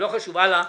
לא חשוב, הלאה.